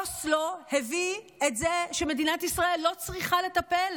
אוסלו הביא את זה שמדינת ישראל לא צריכה לטפל